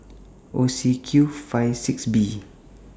O C Q five six B